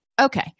Okay